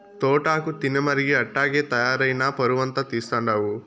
తోటాకు తినమరిగి అట్టాగే తయారై నా పరువంతా తీస్తండావు